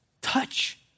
touch